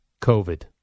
covid